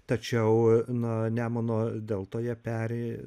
tačiau na nemuno deltoje peri